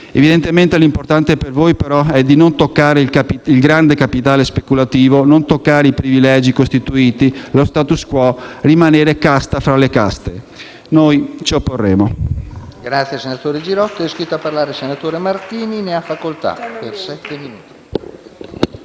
Evidentemente l'importante per voi, però, è non toccare il grande capitale speculativo, non toccare i privilegi costituiti, lo *status quo* e rimanere casta fra le caste. Noi ci opporremo.